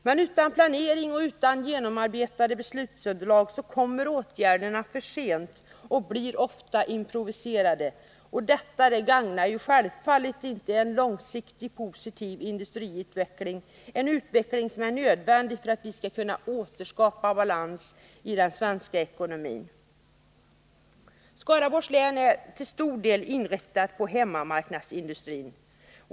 Men utan planering och utan genomarbetat beslutsunderlag kommer åtgärderna för sent och blir ofta improviserade. Detta gagnar självfallet inte en långsiktig, positiv industriutveckling — en utveckling som är nödvändig för att vi skall kunna återskapa balansen i den svenska ekonomin. Skaraborgs län är till stor del inriktat på hemmamarknadsindustrin.